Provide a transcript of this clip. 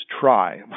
try